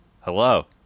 Hello